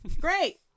great